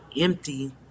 empty